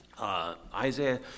Isaiah